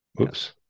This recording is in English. oops